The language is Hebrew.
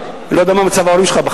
אני לא יודע מה מצב ההורים שלך,